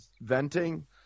venting